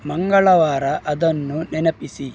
ಮಂಗಳವಾರ ಅದನ್ನು ನೆನಪಿಸಿ